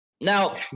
Now